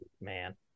man